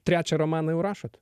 trečią romaną jau rašot